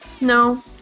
No